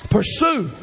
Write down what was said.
Pursue